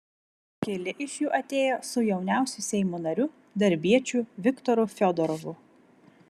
keli iš jų atėjo su jauniausiu seimo nariu darbiečiu viktoru fiodorovu